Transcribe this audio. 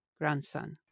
grandson